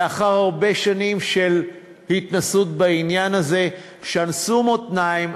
לאחר הרבה שנים של התנסות בעניין הזה: שנסו מותניים,